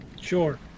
Sure